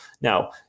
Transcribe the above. Now